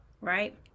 right